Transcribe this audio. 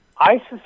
ISIS